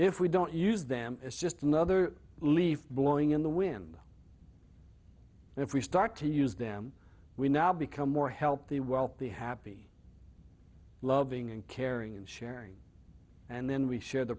if we don't use them it's just another leaf blowing in the wind and if we start to use them we now become more healthy wealthy happy loving and caring and sharing and then we share the